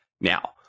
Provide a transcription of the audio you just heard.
Now